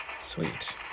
Sweet